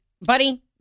buddy